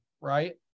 right